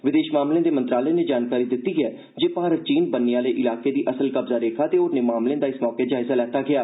विदेश मामले दे मंत्रालय नै जानकारी दिती जे भारत चीन बन्ने आहले इलाके दी असल कब्जा रेखा ते होरने मामले दा इस मौके जायजा लैता गेया